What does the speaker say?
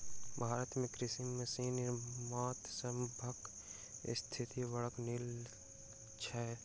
भारत मे कृषि मशीन निर्माता सभक स्थिति बड़ नीक छैन